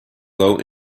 low